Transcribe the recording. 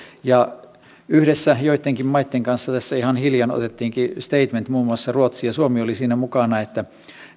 ja yhdessä joittenkin maitten kanssa tässä ihan hiljan otettiinkin statement muun muassa ruotsi ja suomi olivat siinä mukana että